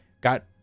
got